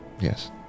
Yes